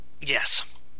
Yes